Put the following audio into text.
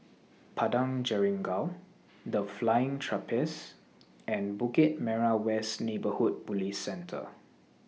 Padang Jeringau The Flying Trapeze and Bukit Merah West Neighbourhood Police Centre